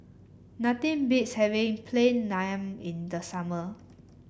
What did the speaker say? nothing beats having Plain Naan in the summer